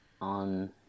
on